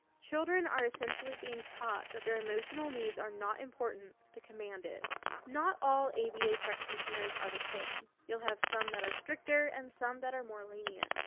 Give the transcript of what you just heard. children are essentially being taught that their emotional needs are not important the command is. not all aba practitioners are the same. you'll have some that are stricter and some that are more lenient.